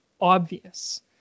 obvious